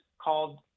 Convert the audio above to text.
called